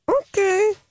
okay